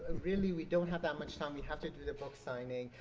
really we don't have that much time, we have to do the book signing.